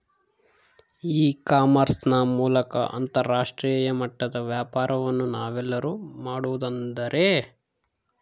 E commerce ನ ಮೂಲಕ ಅಂತರಾಷ್ಟ್ರೇಯ ಮಟ್ಟದ ವ್ಯಾಪಾರವನ್ನು ನಾವೆಲ್ಲರೂ ಮಾಡುವುದೆಂದರೆ?